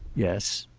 yes.